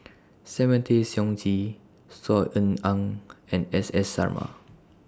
Simon Tay Seong Chee Saw Ean Ang and S S Sarma